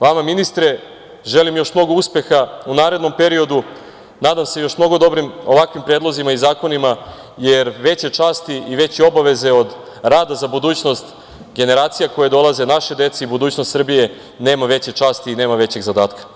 Vama ministra želim još mnogo uspeha u narednom periodu, nadam se još mnogo dobrim ovakvim predlozima i zakonima, jer veće časti i veće obaveze od rada za budućnost generacija koja dolaze, naše dece i budućnost Srbije nema veće časti i nema većeg zadatka.